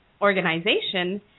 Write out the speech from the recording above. organization